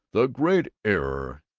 the great error,